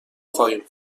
خواهیم